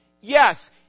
Yes